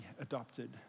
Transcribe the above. adopted